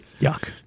Yuck